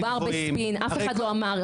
אף אחד לא אמר.